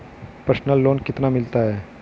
Personal loan कितना मिलता है?